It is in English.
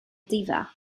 diva